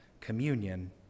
communion